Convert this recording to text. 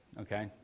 Okay